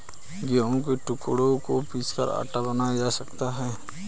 गेहूं के टुकड़ों को पीसकर आटा बनाया जा सकता है